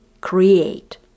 create